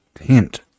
hint